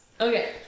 Okay